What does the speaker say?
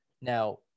Now